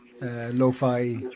lo-fi